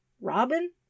Robin